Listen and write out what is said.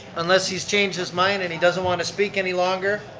unless he's changed his mind and he doesn't want to speak any longer.